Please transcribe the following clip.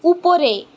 উপরে